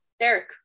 Derek